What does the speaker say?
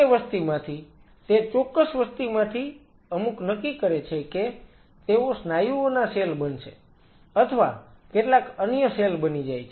તે વસ્તીમાંથી તે ચોક્કસ વસ્તીમાંથી અમુક નક્કી કરે છે કે તેઓ સ્નાયુઓના સેલ બનશે અથવા કેટલાક અન્ય સેલ બની જાય છે